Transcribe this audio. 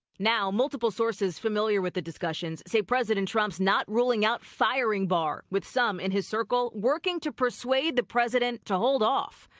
now multiple sources familiar with the discussions say president trump's not ruling out firing barr with some in his circle working to persuade the president to hold off.